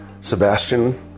Sebastian